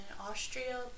Austria